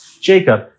Jacob